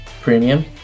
premium